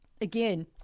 Again